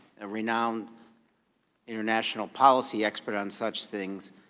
a renowned international policy expert on such things,